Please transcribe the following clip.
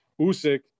Usyk